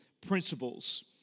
principles